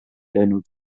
löönud